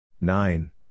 nine